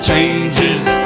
Changes